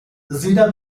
zeta